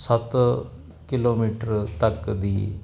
ਸੱਤ ਕਿਲੋਮੀਟਰ ਤੱਕ ਦੀ